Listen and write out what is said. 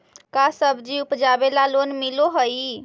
का सब्जी उपजाबेला लोन मिलै हई?